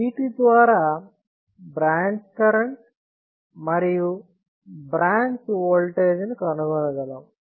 వీటి ద్వారా branch current మరియు బ్రాంచ్ వోల్టేజ్ కనుగొనగలము